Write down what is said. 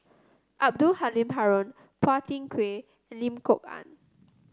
Abdul Halim Haron Phua Thin Kiay and Lim Kok Ann